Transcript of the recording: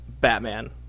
Batman